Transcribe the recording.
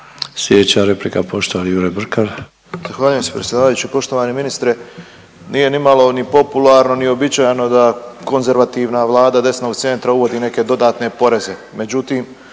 Sljedeća replika poštovani Jure Brkan. **Brkan, Jure (HDZ)** Zahvaljujem se predsjedavajući. Poštovani ministre nije ni malo ni popularno, ni uobičajeno da konzervativna Vlada desnog centra uvodi neke dodatne poreze.